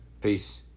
Peace